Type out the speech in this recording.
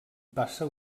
passa